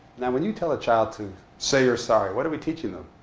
now, when you tell a child to say you're sorry, what are we teaching them?